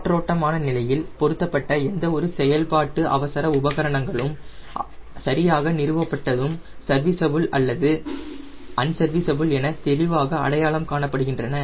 காற்றோட்டமான நிலையில் பொருத்தப்பட்ட எந்தவொரு செயல்பாட்டு அவசர உபகரணங்களும் சரியாக நிறுவப்பட்டதும் சர்வீஸபுள் அல்லது அன்சர்வீஸபுள் என தெளிவாக அடையாளம் காணப்படுகின்றன